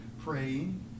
Praying